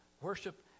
worship